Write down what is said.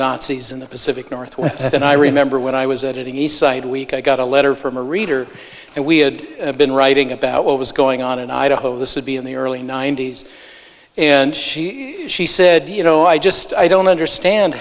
nazis in the pacific northwest and i remember when i was editing eastside week i got a letter from a reader and we had been writing about what was going on in idaho this would be in the early ninety's and she she said you know i just i don't understand